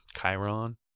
Chiron